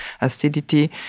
acidity